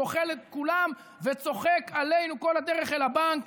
והוא אוכל את כולם וצוחק עלינו כל הדרך אל הבנק,